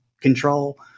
control